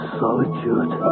solitude